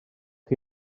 chi